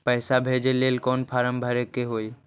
पैसा भेजे लेल कौन फार्म भरे के होई?